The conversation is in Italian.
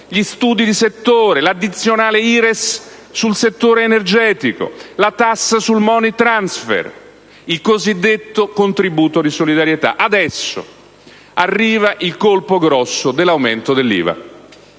gli studi di settore, l'addizionale IRES sul settore energetico, la tassa sul *money transfer*, il cosiddetto contributo di solidarietà. Adesso, arriva il colpo grosso dell'aumento dell'IVA: